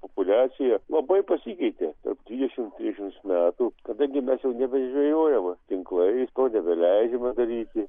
populiacija labai pasikeitė tarp dvidešimt trisdešimt metų kadangi mes jau nebežvejojame tinklais to nebeleidžiama daryti